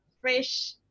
fresh